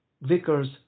Vickers